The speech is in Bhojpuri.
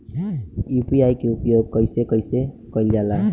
यू.पी.आई के उपयोग कइसे कइल जाला?